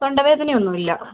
തൊണ്ടവേദന ഒന്നുമില്ല